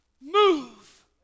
move